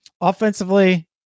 offensively